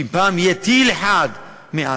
שאם פעם יהיה טיל אחד מעזה,